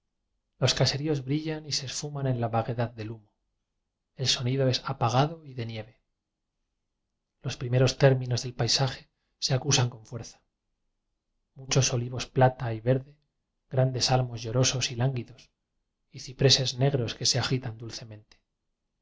los case ríos brillan y se esfuman en la vaguedad del humo el sonido es apagado y de nieve los primeros términos del paisaje se acu san con fuerza muchos olivos plata y ver de grandes álamos llorosos y lánguidos y cipreces negros que se agitan dulcemente